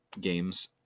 games